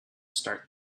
start